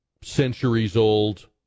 centuries-old